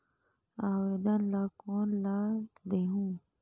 आवेदन ला कोन ला देहुं?